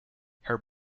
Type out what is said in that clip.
her